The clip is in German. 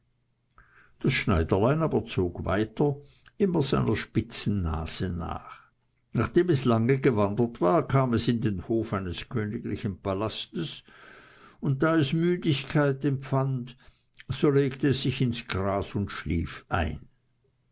das schneiderlein zog weiter immer seiner spitzen nase nach nachdem es lange gewandert war kam es in den hof eines königlichen palastes und da es müdigkeit empfand so legte es sich ins gras und schlief ein